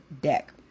deck